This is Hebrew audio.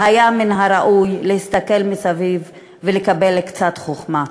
והיה מן הראוי להסתכל סביב ולקבל קצת חוכמה.